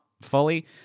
fully